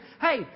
hey